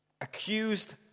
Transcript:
accused